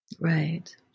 Right